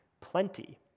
plenty